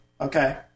Okay